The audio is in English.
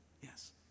Yes